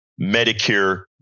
Medicare